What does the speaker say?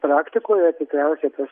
praktikoje tikriausiai kas